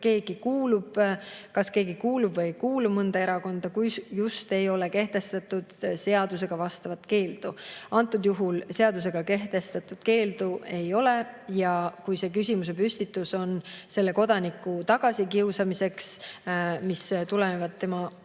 kas keegi kuulub või ei kuulu mõnda erakonda, kui just ei ole kehtestatud seadusega vastavat keeldu. Antud juhul seadusega kehtestatud keeldu ei ole ja kui see küsimuse püstitus on selle kodaniku tagakiusamiseks tulenevalt tema